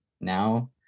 now